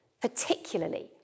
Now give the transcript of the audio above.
particularly